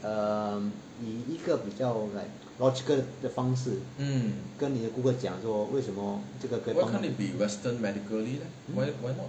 um 以一个比较 like logical 的方式跟你的顾客讲说为什么这个可以帮